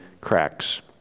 cracks